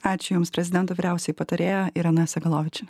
ačiū jums prezidento vyriausioji patarėja irena segalovičienė